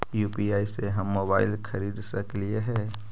UPI से हम mobile खरिद सकलिऐ है